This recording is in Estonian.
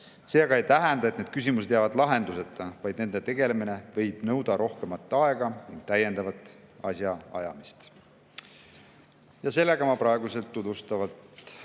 See aga ei tähenda, et need küsimused jäävad lahenduseta, vaid nendega tegelemine võib nõuda rohkem aega ja täiendavat asjaajamist. Sellega ma praegu eelnõu tutvustamise